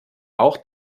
auch